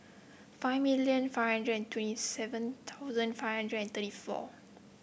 five million five hundred and twenty seven thousand five hundred and thirty four